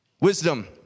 Wisdom